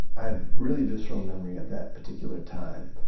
i have really visceral memory of that particular time.